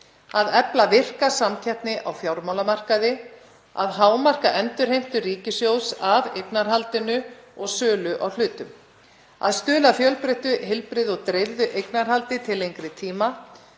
að efla virka samkeppni á fjármálamarkaði, að hámarka endurheimtur ríkissjóðs af eignarhaldinu og sölu á hlutum, að stuðla að fjölbreyttu heilbrigðu og dreifðu eignarhaldi til lengri tíma,